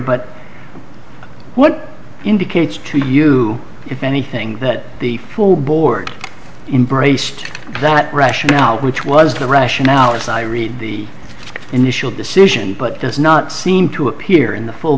but what indicates to you if anything that the full board embrace that rationale which was the rationale as i read the initial decision but does not seem to appear in the full